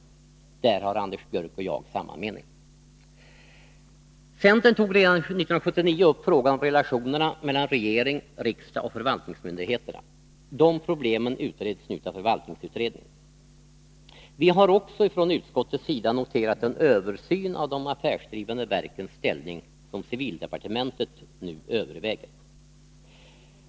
I fråga om detta har Anders Björck och jag samma mening. Centern tog redan 1979 upp frågan om relationerna mellan regering, riksdag och förvaltningsmyndigheterna. Dessa problem utreds nu av förvaltningsutredningen. Vi har också från utskottets sida noterat den översyn av de affärsdrivande verkens ställning som civildepartementet nu överväger.